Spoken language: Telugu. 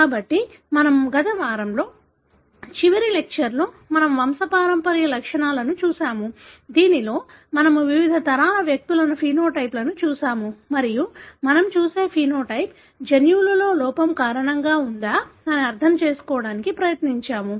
కాబట్టి మనము గత వారంలో చివరి లెక్చర్ లో మనము వంశపారంపర్య లక్షణాలను చూశాము దీనిలో మనము వివిధ తరాల వ్యక్తులలోని ఫెనోటైప్ ను చూశాము మరియు మనము చూసే ఫెనోటైప్ జన్యువులో లోపం కారణంగా ఉందా అని అర్థం చేసుకోవడాని కి ప్రయత్నించాము